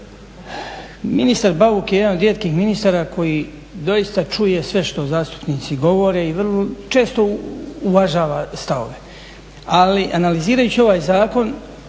ministar Bauk je jedan od rijetkih ministara koji doista čuje sve što zastupnici govore i često uvažava stavove. Ali analizirajući ovaj zakon